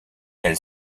elle